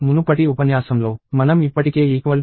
మునుపటి ఉపన్యాసంలో మనం ఇప్పటికే ని చూసాము